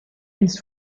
his